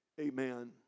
Amen